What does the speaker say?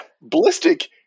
Ballistic